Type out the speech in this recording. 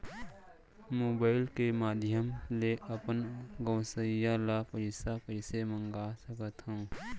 Mobile के माधयम ले अपन गोसैय्या ले पइसा कइसे मंगा सकथव?